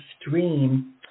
stream